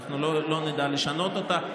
אנחנו לא נדע לשנות אותה.